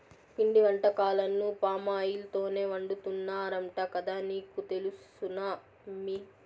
పిండి వంటకాలను పామాయిల్ తోనే వండుతున్నారంట కదా నీకు తెలుసునా అమ్మీ